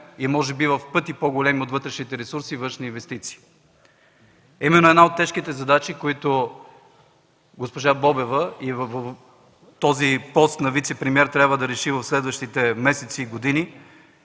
и може би в пъти по-големи от вътрешните ресурси външни инвестиции. Именно една от тежките задачи, които госпожа Бобева на този пост – вицепремиер, трябва да реши в следващите месеци и години,